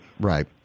right